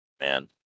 Man